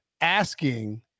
asking